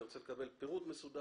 אני רוצה לקבל פירוט מסודר.